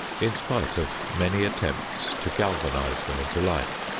in spite of many attempts to galvanize them into life.